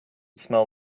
smell